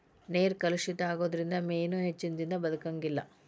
ನೇರ ಕಲುಷಿತ ಆಗುದರಿಂದ ಮೇನು ಹೆಚ್ಚದಿನಾ ಬದಕಂಗಿಲ್ಲಾ